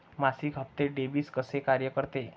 मासिक हप्ते, डेबिट कसे कार्य करते